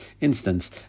instance